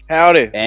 Howdy